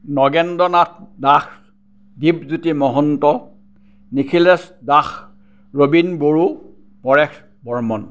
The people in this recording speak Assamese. নগেন্দ্ৰ নাথ দাস দ্বীপজ্যোতি মহন্ত নিখিলেশ দাস ৰবীন বড়ো পৰেশ বৰ্মন